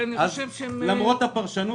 למרות הפרשנות,